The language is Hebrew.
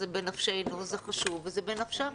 זה בנפשנו, זה חשוב וזה בנפשם.